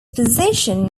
position